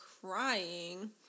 crying